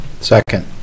Second